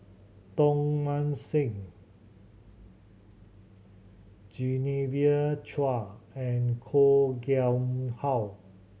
Tong Mah Seng Genevieve Chua and Koh Nguang How